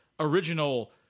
Original